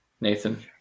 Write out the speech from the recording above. Nathan